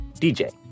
DJ